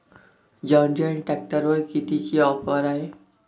John Deere ट्रॅक्टरवर कितीची offer हाये?